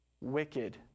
Wicked